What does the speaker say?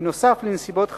בנוסף לנסיבות חייהם,